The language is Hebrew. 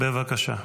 בבקשה,